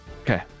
Okay